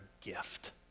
gift